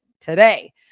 today